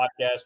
podcast